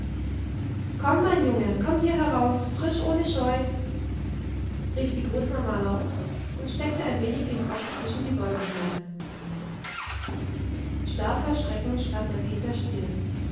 komm mein junge komm hier heraus frisch ohne scheu rief die großmama laut und steckte ein wenig den kopf zwischen die bäume hinein starr vor schrecken stand der peter still